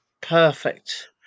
perfect